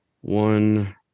one